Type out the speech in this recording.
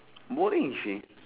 boring seh